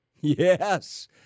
Yes